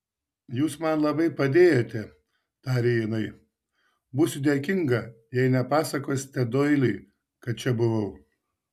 jūs man labai padėjote tarė jinai būsiu dėkinga jei nepasakosite doiliui kad čia buvau